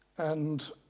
and